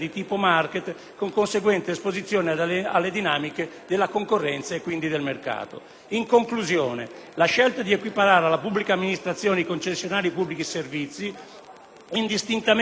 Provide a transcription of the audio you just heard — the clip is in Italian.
In conclusione, la scelta di equiparare alla pubblica amministrazione i concessionari di pubblici servizi, indistintamente dalla reale partecipazione azionaria dello Stato,